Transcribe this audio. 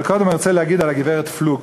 אבל קודם אני רוצה להגיד על הגברת פלוג.